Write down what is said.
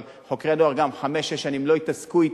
אבל חוקרי הנוער גם, חמש-שש שנים לא התעסקו אתם.